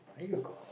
are you